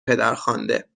پدرخوانده